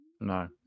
No